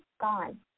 gone